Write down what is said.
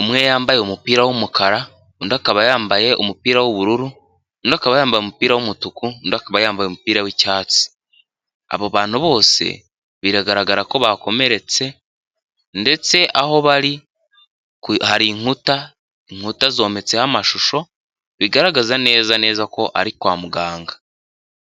umwe yambaye umupira w'umukara, undi akaba yambaye umupira w'ubururu, undi akaba yambaye umupira w'umutuku, undi akaba yambaye umupira w'icyatsi abo bantu bose biragaragara ko bakomeretse ndetse aho bari hari inkuta inkuta zometseho amashusho bigaragaza neza neza ko ari kwa muganga.